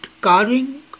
carving